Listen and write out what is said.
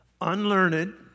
Unlearned